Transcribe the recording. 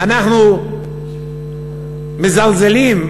אנחנו מזלזלים,